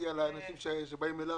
השר.